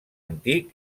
antic